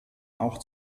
auch